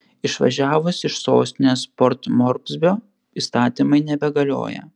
išvažiavus iš sostinės port morsbio įstatymai nebegalioja